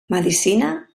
medicina